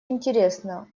интересно